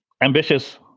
Ambitious